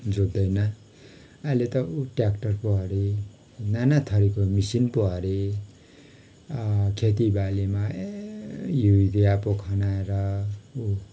जोत्दैन अहिले त उ ट्याक्टर पो हरे नाना थरिको मिसिन पो हरे खे तीबालीमा ए युरिया पो खन्याएर उ